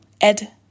Ed